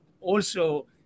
also-